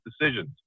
decisions